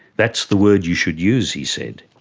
that's the word you should use, he said.